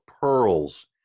pearls